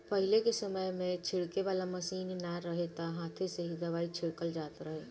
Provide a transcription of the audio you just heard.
पहिले के समय में छिड़के वाला मशीन ना रहे त हाथे से ही दवाई छिड़कल जात रहे